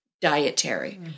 dietary